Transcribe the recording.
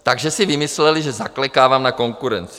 Takže si vymysleli, že zaklekávám na konkurenci.